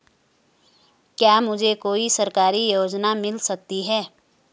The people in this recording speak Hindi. क्या मुझे कोई सरकारी योजना मिल सकती है?